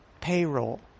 payroll